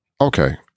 Okay